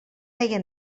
veia